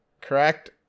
Correct